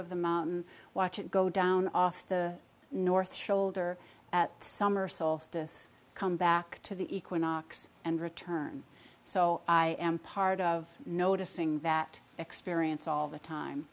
of the mountain watch it go down off the north shoulder at summer solstice come back to the equinox and return so i am part of noticing that experience all the time